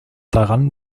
daran